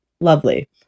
lovely